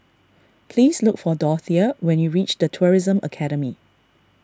please look for Dorthea when you reach the Tourism Academy